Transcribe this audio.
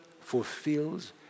fulfills